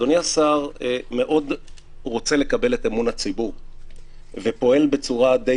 אדוני השר מאוד רוצה לקבל את אמון הציבור ופועל בצורה די